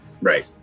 Right